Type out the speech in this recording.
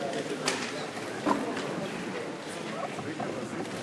(חברי הכנסת מכבדים בקימה את צאת נשיא המדינה